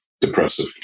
depressive